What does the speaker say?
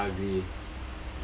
very ugly